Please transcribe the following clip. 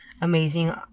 amazing